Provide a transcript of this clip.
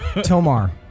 Tomar